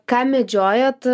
ką medžiojot